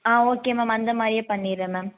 ஆ okay ma'am அந்தமாதிரியே பண்ணிவிட்றேன் ma'am